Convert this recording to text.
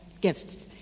gifts